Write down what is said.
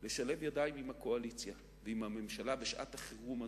לשלב ידיים עם הקואליציה ועם הממשלה בשעת-החירום הזו,